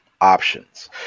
options